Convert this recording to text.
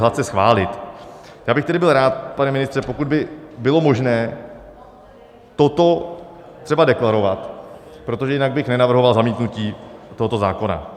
Já bych tedy byl rád, pane ministře, pokud by bylo možné toto třeba deklarovat, protože jinak bych nenavrhoval zamítnutí tohoto zákona.